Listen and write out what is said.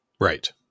Right